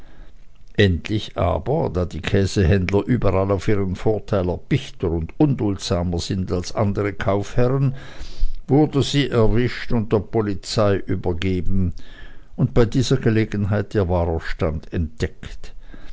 endlich aber da die käsehändler überall auf ihren vorteil erpichter und unduldsamer sind als andere kaufherren wurde sie erwischt und der polizei übergeben und bei dieser gelegenheit ihr wahrer stand entdeckt